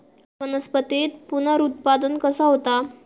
वनस्पतीत पुनरुत्पादन कसा होता?